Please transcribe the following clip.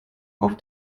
auf